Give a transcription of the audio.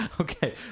Okay